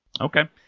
Okay